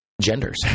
genders